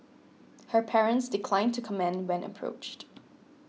her parents declined to comment when approached